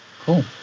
Cool